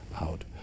out